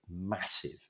massive